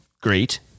great